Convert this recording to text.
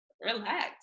relax